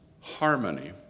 Harmony